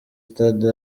stade